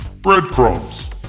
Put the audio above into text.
Breadcrumbs